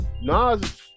Nas